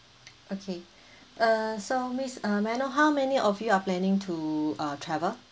okay uh so miss uh may I know how many of you are planning to uh travel